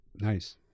Nice